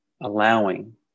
allowing